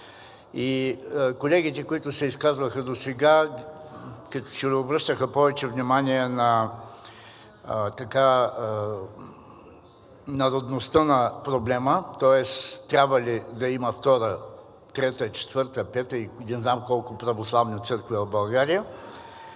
Колегите, които се изказваха досега, като че ли обръщаха повече внимание на народността на проблема, тоест трябва ли да има втора, трета, четвърта, пета и не знам колко православни църкви в България,